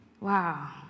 Wow